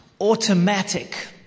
automatic